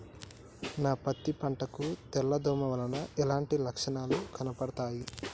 నా పత్తి పంట కు తెల్ల దోమ వలన ఎలాంటి లక్షణాలు కనబడుతాయి?